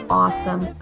awesome